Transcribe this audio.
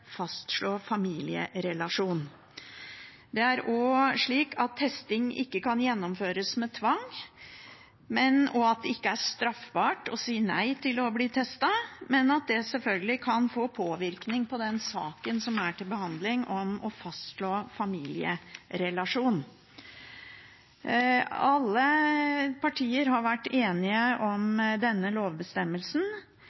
fastslå familierelasjon. Det er også slik at testing ikke kan gjennomføres med tvang, og at det ikke er straffbart å si nei til å bli testet, men det kan selvfølgelig påvirke saken som er til behandling om å fastslå familierelasjon. Alle partier har vært enige om